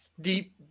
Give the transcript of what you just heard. deep